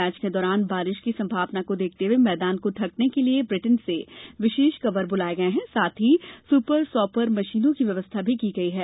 match के दौरान बारिश की संभावना को देखते हुए मैदान को ढंकने के लिये ब्रिटेन से विशेष कवर बुलाये गये हैं साथ ही सुपर सॉपर मशीनो की व्यवस्था भी की गई है